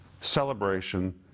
celebration